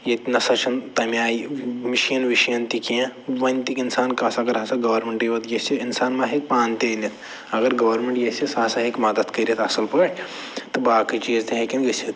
ییٚتہِ نہ سہ چھِنہٕ تَمہِ آیہِ مٔشیٖن ؤشیٖن تہِ کیٚنہہ وَنہِ تہِ اِنسان کَس اگر ہسا گورمٮ۪نٛٹ یوت ییٚژھِ اِنسان ما ہٮ۪کہِ پانہٕ تہِ أنِتھ اگر گورمٮ۪نٛٹ ییٚژھِ سٔہ ہسا ہٮ۪کہِ مدد کٔرِتھ اَصٕل پٲٹھۍ تہٕ باقٕے چیٖز تہِ ہیٚکٮ۪ن گٔژھِتھ